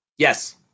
Yes